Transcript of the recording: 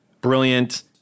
brilliant